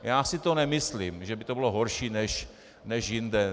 Já si to nemyslím, že by to bylo horší než jinde.